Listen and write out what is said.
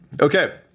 Okay